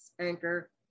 Anchor